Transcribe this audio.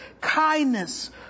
kindness